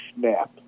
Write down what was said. snap